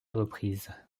reprises